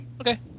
Okay